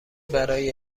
برای